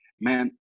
man